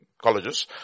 Colleges